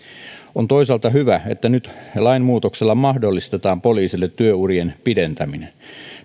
on toisaalta hyvä että nyt lainmuutoksella mahdollistetaan poliisille työurien pidentäminen